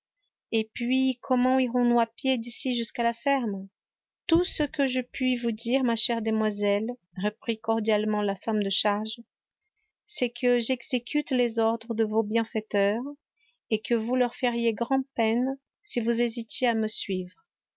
et puis comment irons-nous à pied d'ici jusqu'à la ferme tout ce que je puis vous dire ma chère demoiselle reprit cordialement la femme de charge c'est que j'exécute les ordres de vos bienfaiteurs et que vous leur feriez grand-peine si vous hésitiez à me suivre